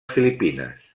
filipines